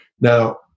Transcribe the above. Now